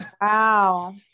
wow